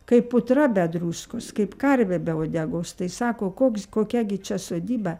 kaip putra be druskos kaip karvė be uodegos tai sako koks kokia gi čia sodyba